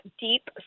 deep